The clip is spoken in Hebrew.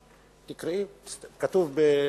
תקראי, כתוב.